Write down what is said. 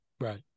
Right